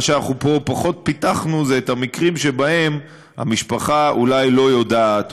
מה שפה פחות פיתחנו זה את המקרים שבהם המשפחה אולי לא יודעת,